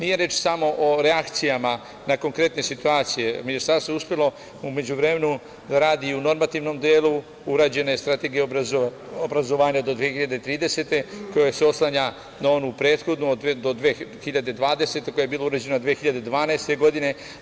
Nije reč samo o reakcijama na konkretne situacije, ministarstvo je uspelo u međuvremenu da radi u normativnom delu, urađena je strategija obrazovanja do 2030. godine koja se oslanja na onu prethodnu do 2020. godine, koja je bila urađena 2012. godine.